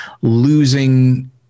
losing